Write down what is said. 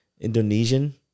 Indonesian